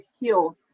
heal